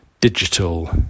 digital